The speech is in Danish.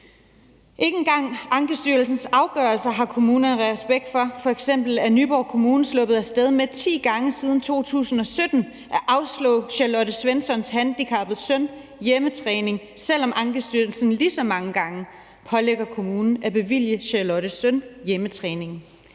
Ikke engang Ankestyrelsens afgørelser har kommunerne respekt for. F.eks. er Nyborg Kommune sluppet af sted med ti gange siden 2017 at afslå Charlotte Svenssons handicappede søn hjemmetræning, selv om Ankestyrelsen lige så mange gange pålægger kommunen at bevilge Charlottes søn hjemmetræning.